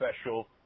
special